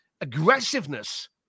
aggressiveness